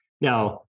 Now